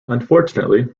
unfortunately